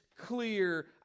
Clear